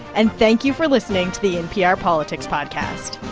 and thank you for listening to the npr politics podcast